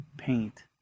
paint